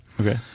Okay